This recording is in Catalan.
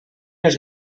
els